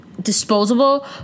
disposable